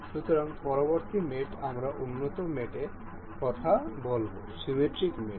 সুতরাং পরবর্তী মেট আমরা উন্নত মেটে কথা বলব সিমিট্রিক মেট